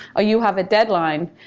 or you have a deadline.